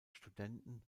studenten